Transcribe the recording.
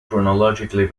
chronologically